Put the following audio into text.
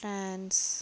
France